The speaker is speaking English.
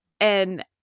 and-